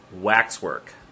waxwork